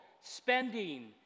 spending